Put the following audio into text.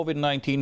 COVID-19